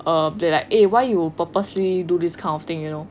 um they like eh why you purposely do this kind of thing you know